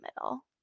middle